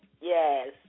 Yes